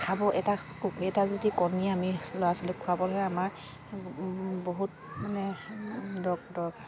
খাব এটা এটা যদি কণী আমি ল'ৰা ছোৱালীক খোৱাবলৈ আমাৰ বহুত মানে দৰকাৰ